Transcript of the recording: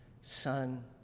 son